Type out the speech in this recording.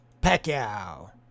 pacquiao